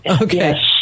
Okay